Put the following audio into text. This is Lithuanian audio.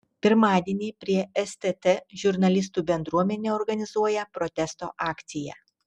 pirmadienį prie stt žurnalistų bendruomenė organizuoja protesto akciją